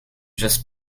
just